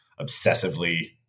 obsessively